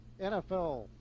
NFL